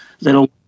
little